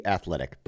Athletic